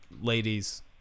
ladies